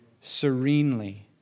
serenely